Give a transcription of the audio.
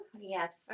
Yes